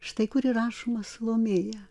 štai kur įrašomas salomėja